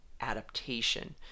adaptation